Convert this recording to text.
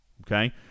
Okay